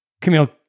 Camille